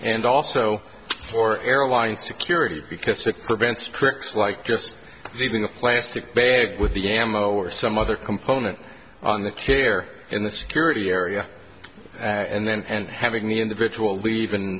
and also for airline security because it prevents trips like just leaving a plastic bag with the ammo or some other component on the chair in the security area and then and having the individual leav